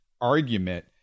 argument